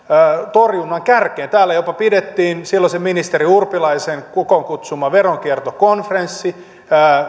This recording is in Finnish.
torjunnan kärkeen täällä jopa pidettiin silloisen ministeri urpilaisen kokoonkutsuma veronkiertokonferenssi